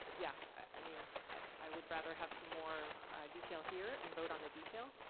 yeah, i mean i would rather have some more detail here and vote on the detail,